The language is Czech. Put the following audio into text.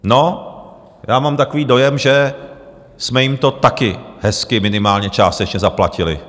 No, já mám takový dojem, že jsme jim to taky hezky minimálně částečně zaplatili.